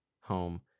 home